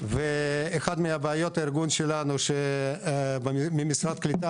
ואחת מהבעיות של הארגון שלנו היא שממשרד הקליטה